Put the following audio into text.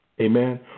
Amen